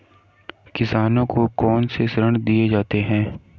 किसानों को कौन से ऋण दिए जाते हैं?